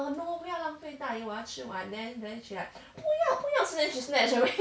err no 不要浪费大姨我要吃完 then then she like 不要不要 then she snatched away